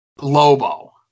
Lobo